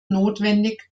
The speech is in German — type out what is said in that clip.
notwendig